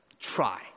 try